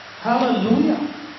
Hallelujah